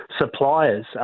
suppliers